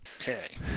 Okay